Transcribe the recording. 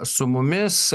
su mumis